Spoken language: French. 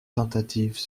tentatives